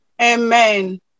Amen